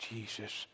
Jesus